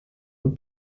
und